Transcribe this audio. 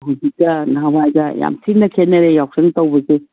ꯍꯧꯖꯤꯛꯀ ꯅꯍꯥꯟꯋꯥꯏꯒ ꯌꯥꯝ ꯊꯤꯅ ꯈꯦꯠꯅꯔꯦ ꯌꯥꯎꯁꯪ ꯇꯧꯕꯁꯦ